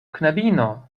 knabino